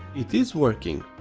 it is working.